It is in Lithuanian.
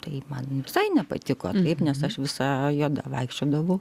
tai man visai nepatiko nes aš visa juoda vaikščiodavau